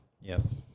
yes